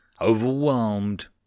Overwhelmed